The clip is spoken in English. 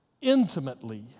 intimately